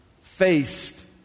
faced